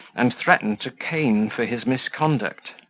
and threatened to cane for his misconduct.